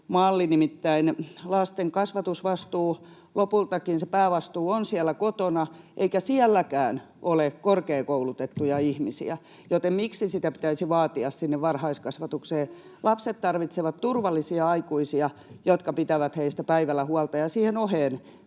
lopulta siellä kotona, eikä sielläkään ole korkeakoulutettuja ihmisiä, joten miksi sitä pitäisi vaatia sinne varhaiskasvatukseen? Lapset tarvitsevat turvallisia aikuisia, jotka pitävät heistä päivällä huolta,